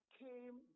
came